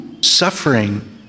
suffering